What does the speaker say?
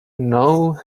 know